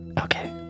Okay